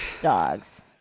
dogs